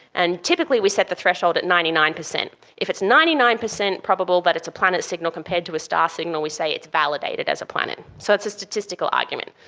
and typically we set the threshold at ninety nine percent. if it's ninety nine percent probable that but it's a planet signal compared to a star signal, we say it's validated as a planet. so it's a statistical argument.